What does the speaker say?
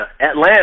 Atlanta